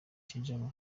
tidjala